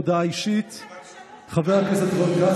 בעד, שבעה, נגד,